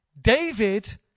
David